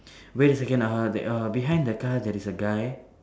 wait a second ah ha that err behind the car there is a guy